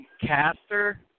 caster